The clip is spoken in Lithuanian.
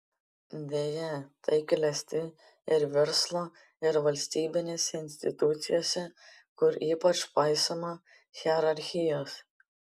deja tai klesti ir verslo ir valstybinėse institucijose kur ypač paisoma hierarchijos